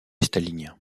stalinien